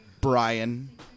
Brian